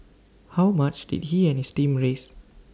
how much did he and his team raise